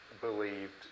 believed